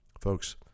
Folks